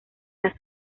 las